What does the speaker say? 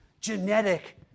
genetic